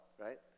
right